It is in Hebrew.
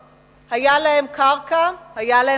היתה להם קרקע, היו להם אנשים.